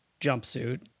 jumpsuit